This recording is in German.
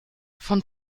von